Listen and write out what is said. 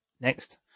Next